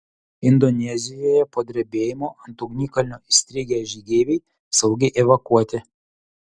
indonezijoje po drebėjimo ant ugnikalnio įstrigę žygeiviai saugiai evakuoti